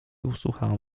usłuchałem